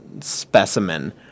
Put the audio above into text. specimen